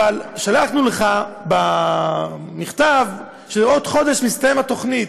אבל שלחנו לך מכתב שבעוד חודש מסתיימת התוכנית.